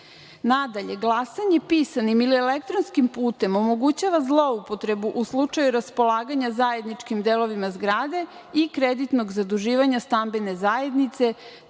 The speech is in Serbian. štetu. Nadalje, glasanje pisanim ili elektronskim putem omogućava zloupotrebu u slučaju raspolaganja zajedničkim delovima zgrade i kreditnog zaduživanja stambene zajednice,